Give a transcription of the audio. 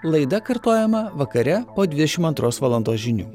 laida kartojama vakare po dvidešim antros valandos žinių